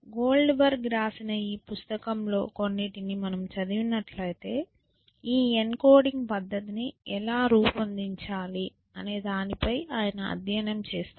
Goldberg రాసిన ఈ పుస్తకంలో కొన్నింటిని మనము చదివినట్లయితే ఈ ఎన్కోడింగ్ పద్దతిని ఎలా రూపొందించాలి అనే దానిపై ఆయన అధ్యయనం చేస్తారు